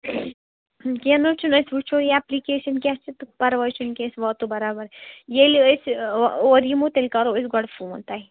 کیٚنٛہہ نہٕ حظ چھُنہٕ أسۍ وٕچھو یہِ اٮ۪پلِکیشَن کیٛاہ چھِ تہٕ پرواے چھُنہٕ کیٚنٛہہ أسۍ واتو برابر ییٚلہِ أسۍ اور یِمو تیٚلہِ کَرو أسۍ گۄڈٕ فون تۄہہِ